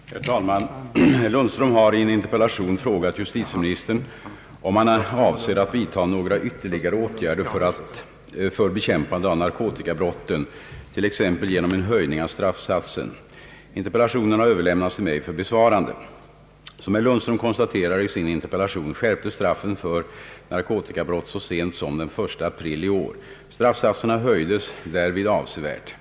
Herr talman! Herr Lundström har i en interpellation frågat justitieministern om han avser att vidta några ytterligare åtgärder för bekämpande av narkotikabrotten, t.ex. genom en höjning av straffsatsen. Interpellationen har överlämnats till mig för besvarande. Som herr Lundström konstaterar i sin interpellation skärptes straffen för narkotikabrott så sent som den 1 april i år. Straffsatserna höjdes därvid avsevärt.